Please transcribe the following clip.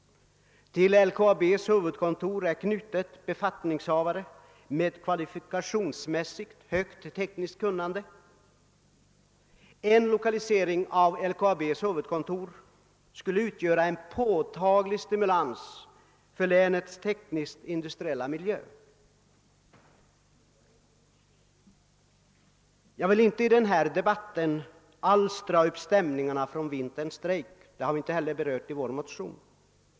Till LKAB:s huvudkontor är knutna befattningshavare med kvalifikationsmässigt högt tekniskt kunnande. En lokalisering av LKAB:s huvudkontor till Norrbotten skulle utgöra en påtaglig stimulans för länets tekniskt-industriella miljö. Jag vill inte alls i denna debatt dra upp stämningarna från vinterns strejk. Den har vi inte heller berört i vår motion.